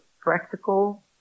practical